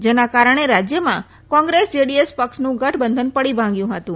જેના કારણે રાજ્યમાં કોંગ્રેસ જેડીએસ પક્ષનું ગઠબંધન પડી ભાંગ્યુ હતું